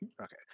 Okay